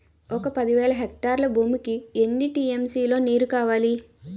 ఒక పది వేల హెక్టార్ల భూమికి ఎన్ని టీ.ఎం.సీ లో నీరు కావాలి?